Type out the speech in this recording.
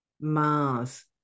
mars